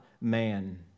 man